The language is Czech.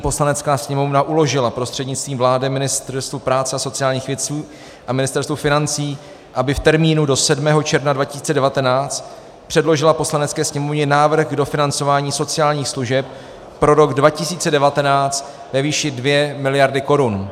Poslanecká sněmovna uložila prostřednictvím vlády Ministerstvu práce a sociálních věcí a Ministerstvu financí, aby v termínu do 7. června 2019 předložila Poslanecké sněmovně návrh dofinancování sociálních služeb pro rok 2019 ve výši 2 mld. Kč.